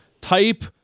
type